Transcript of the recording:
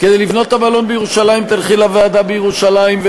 כדי לבנות את המלון בירושלים תלכי לוועדה בירושלים,